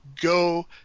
go